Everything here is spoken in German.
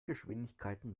geschwindigkeiten